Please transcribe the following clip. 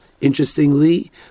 Interestingly